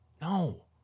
No